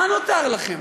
מה נותר לכם?